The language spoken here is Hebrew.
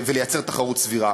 וליצור תחרות סבירה.